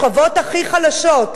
רוצה לסייע לשכבות הכי חלשות,